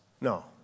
No